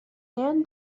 man